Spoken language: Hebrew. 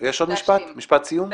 משפט לסיכום.